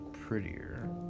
prettier